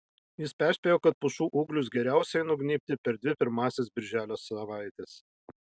jis perspėjo kad pušų ūglius geriausiai nugnybti per dvi pirmąsias birželio savaites